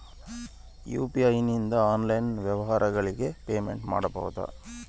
UPI ನಿಂದ online ವ್ಯಾಪಾರಗಳಿಗೆ payment ಮಾಡಬಹುದಾ?